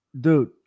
dude